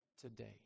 today